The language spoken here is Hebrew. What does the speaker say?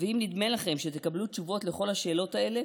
ואם נדמה לכם שתקבלו תשובות לכל השאלות האלה,